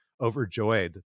overjoyed